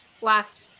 last